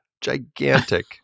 gigantic